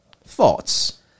Thoughts